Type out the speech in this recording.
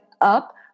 up